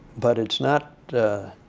but it's not